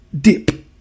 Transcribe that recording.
Dip